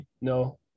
no